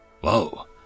Whoa